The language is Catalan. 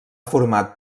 format